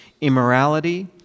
Immorality